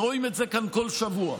ורואים את זה כאן כל שבוע.